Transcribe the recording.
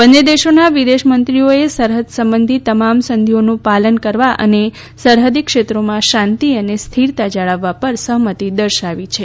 બંને દેશોના વિદેશમંત્રીઓએ સરહદ સંબંધી તમામ સંધિઓનું પાલન કરવા અને સરહદીક્ષેત્રોમાં શાંતિ અને સ્થિરતા જાળવવા પર સહમતિ દર્શાવી છે